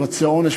הוא מרצה עונש,